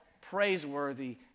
praiseworthy